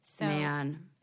Man